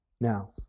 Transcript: Now